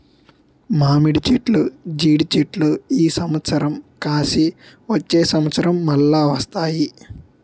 మామిడి చెట్లు జీడి చెట్లు ఈ సంవత్సరం కాసి వచ్చే సంవత్సరం మల్ల వస్తాయి